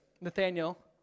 Nathaniel